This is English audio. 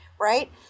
Right